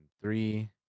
three